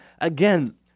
again